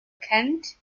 kant